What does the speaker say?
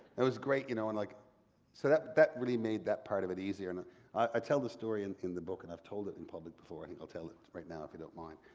it was great. you know and like so that that really made that part of it easier. and i tell the story and in the book and i've told it in public before, i think i'll tell it right now if you don't mind.